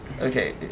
Okay